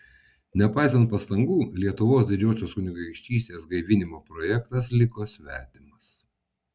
nepaisant pastangų lietuvos didžiosios kunigaikštystės gaivinimo projektas liko svetimas